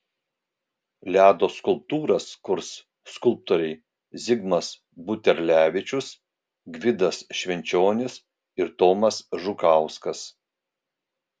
ledo skulptūras kurs skulptoriai zigmas buterlevičius gvidas švenčionis ir tomas žukauskas